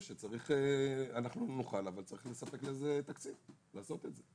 אנחנו נוכל, אבל צריך לספק תקציב לעשות את זה.